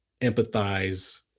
empathize